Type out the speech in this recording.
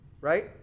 Right